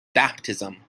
baptism